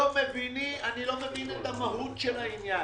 אני לא מבין את המהות של זה.